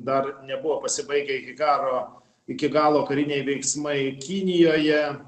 dar nebuvo pasibaigę iki karo iki galo kariniai veiksmai kinijoje